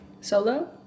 solo